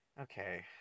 Okay